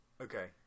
Okay